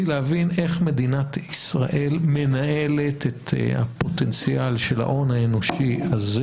להבין איך מדינת ישראל מנהלת את הפוטנציאל של ההון האנושי הזה